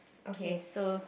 okay so